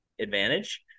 advantage